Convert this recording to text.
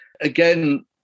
Again